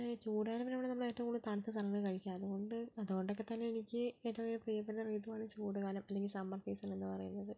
ഈ ചൂടുകാലം വരുമ്പോഴാണ് നമ്മൾ ഏറ്റവും കൂടുതൽ തണുത്ത സാധനങ്ങളെ കഴിക്കുക അതുകൊണ്ട് അതുകൊണ്ടൊക്കെ തന്നെ എനിക്ക് ഏറ്റവും അധികം പ്രിയപ്പെട്ട ഋതുവാണ് ചൂടുകാലം അല്ലെങ്കിൽ സമ്മർ സീസൺ എന്ന് പറയുന്നത്